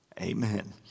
amen